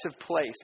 place